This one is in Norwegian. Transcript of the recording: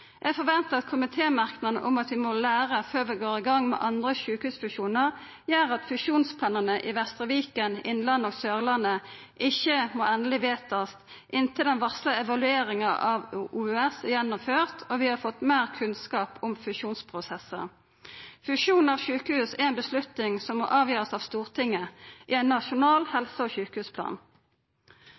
Eg forventar at komitémerknaden om at vi nå må læra før vi går i gang med andre sjukehusfusjonar, gjer at fusjonsplanane i Vestre Viken, Innlandet og Sørlandet ikkje vert endeleg vedtatt før den varsla evalueringa av OUS er gjennomført og vi har fått meir kunnskap om fusjonsprosessen. Fusjon av sjukehus er ei avgjerd som må takast av Stortinget i ein nasjonal helse- og sjukehusplan.